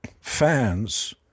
fans